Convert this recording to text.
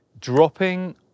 Dropping